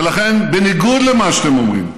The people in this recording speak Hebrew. ולכן, בניגוד למה שאתם אומרים,